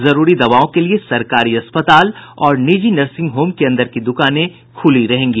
जरूरी दवाओं के लिए सरकारी अस्पताल और निजी नर्सिंग होम के अन्दर की दुकानें खुली रहेंगी